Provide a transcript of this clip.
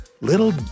little